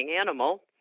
animal